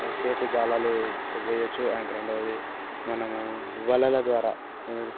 చేతి గాళాలు వేయచ్చు అండ్ రెండవది మనము వలల ద్వారా